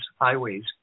highways